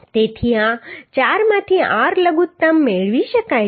તેથી આ ચારમાંથી r લઘુત્તમ મેળવી શકાય છે